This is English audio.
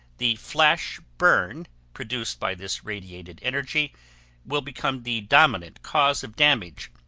the flash burn produced by this radiated energy will become the dominant cause of damage,